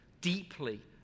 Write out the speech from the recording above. deeply